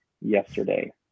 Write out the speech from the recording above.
yesterday